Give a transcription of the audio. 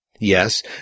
Yes